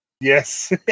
Yes